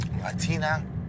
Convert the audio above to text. Latina